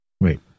Wait